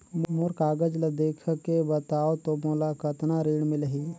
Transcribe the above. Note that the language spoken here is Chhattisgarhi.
मोर कागज ला देखके बताव तो मोला कतना ऋण मिलही?